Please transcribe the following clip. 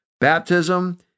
baptism